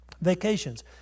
Vacations